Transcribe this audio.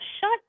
Shut